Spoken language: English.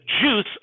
juice